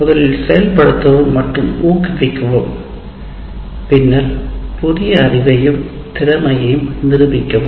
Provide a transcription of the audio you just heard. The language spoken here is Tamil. முதலில் செயல்படுத்தவும் மற்றும் ஊக்குவிக்கவும் பின்னர் புதிய அறிவையும் திறமையையும் நிரூபிக்கவும்